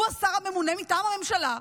הוא השר הממונה מטעם הממשלה.